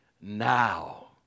now